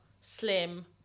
slim